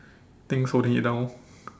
things holding it down